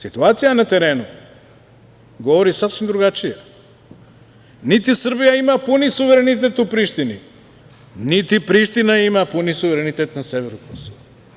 Situacija na terenu govori sasvim drugačije - niti Srbija ima puni suverenitet u Prištini, niti Priština ima puni suverenitet na severu Kosova.